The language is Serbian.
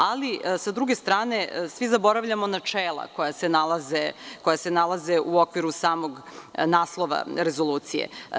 Ali, s druge strane, svi zaboravljamo načela koja se nalaze u okviru samog naslova Rezolucije.